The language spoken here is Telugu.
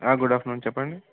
గుడ్ ఆఫ్టర్నూన్ చెప్పండి